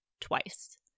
twice